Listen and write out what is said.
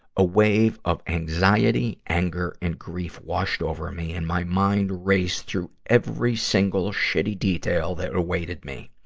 a wave of anxiety, anger, and grief washed over me, and my mind raced through every single shitty detail that awaited me.